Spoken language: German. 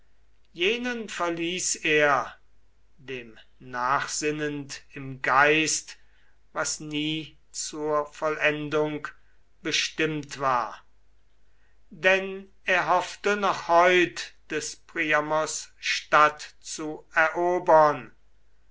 jenen verließ er dem nachsinnend im geist was nie zur vollendung bestimmt war denn er hoffte noch heut des priamos stadt zu erobern